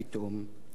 תודה רבה.